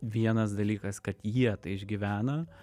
vienas dalykas kad jie tai išgyvena